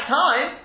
time